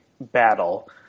battle